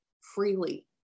freely